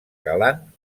galant